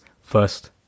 first